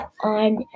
on